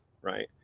Right